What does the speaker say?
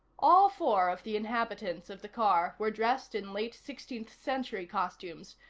all four of the inhabitants of the car were dressed in late sixteenth century costumes,